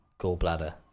gallbladder